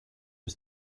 was